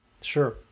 Sure